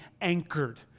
anchored